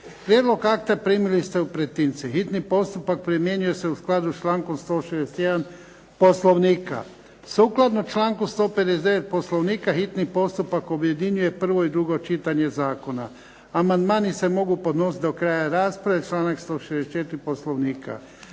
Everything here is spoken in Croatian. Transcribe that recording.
Prijedlog akta primili ste u pretince. Hitni postupak primjenjuje se u skladu s člankom 161. Poslovnika. Sukladno članku 159. Poslovnika hitni postupak objedinjuje prvo i drugo čitanje zakona. Amandmani se mogu podnositi do kraja rasprave, članak 164. Poslovnika.